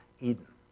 Eden